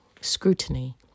scrutiny